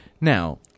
Now